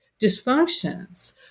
dysfunctions